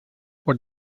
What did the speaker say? what